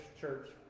church